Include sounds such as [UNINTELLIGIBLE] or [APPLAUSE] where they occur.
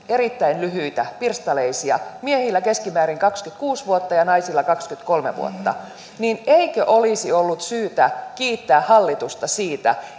erittäin lyhyitä pirstaleisia miehillä keskimäärin kaksikymmentäkuusi vuotta ja naisilla kaksikymmentäkolme vuotta niin eikö olisi ollut syytä kiittää hallitusta siitä [UNINTELLIGIBLE]